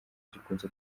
gikunze